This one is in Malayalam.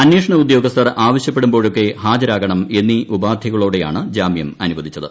അന്വേഷണ ഉദ്യോഗസ്ഥർ ആവശ്യപ്പെടുമ്പോഴൊക്കെ ഹാജരാകണം എന്നീ ഉപാധികളോടെയാണ് ജാമ്യം അനുവദിച്ചത്